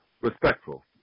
respectful